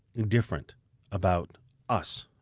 different about us,